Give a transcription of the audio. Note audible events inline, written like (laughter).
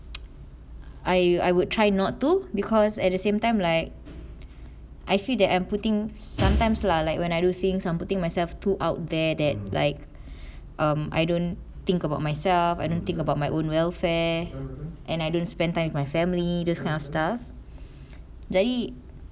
(noise) I would try not to because at the same time like I feel that I'm putting sometimes lah like when I do things on putting myself too out there that like um I don't think about myself I don't think about my own welfare and I don't spend time with my family just kind of stuff